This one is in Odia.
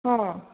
ହଁ